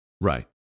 right